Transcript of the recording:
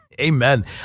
Amen